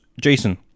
Jason